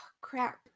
Crap